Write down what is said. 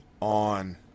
on